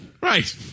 Right